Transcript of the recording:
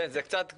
זה קצת כמו: